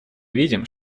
видим